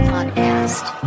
Podcast